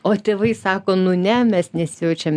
o tėvai sako nu ne mes nesijaučiam